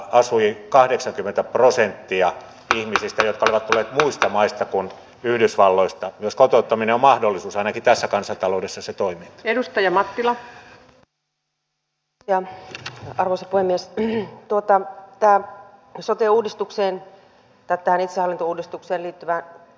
hankkeella on laajat alue ja pallo ketuista maista kun yhdysvalloista jos kotouttaminen mahdollisuus ainakin tässä kansantaloudessa elinkeinopoliittiset vaikutukset erityisesti matkailuelinkeinojen kannalta mutta myös muun yritystoiminnan näkökulmasta